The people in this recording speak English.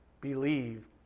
believe